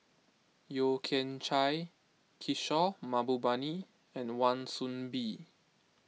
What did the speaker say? Yeo Kian Chai Kishore Mahbubani and Wan Soon Bee